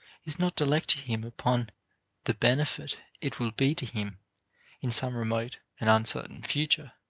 is not to lecture him upon the benefit it will be to him in some remote and uncertain future,